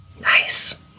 Nice